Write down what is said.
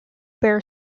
bear